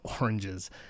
oranges